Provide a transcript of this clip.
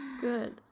Good